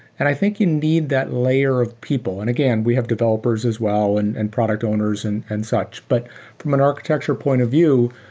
and i think you need that layer of people. and again, we have developers as well and and product owners and and such. but from an architecture point of view,